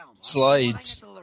Slides